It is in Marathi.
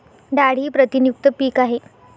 डाळ ही प्रथिनयुक्त पीक आहे